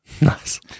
Nice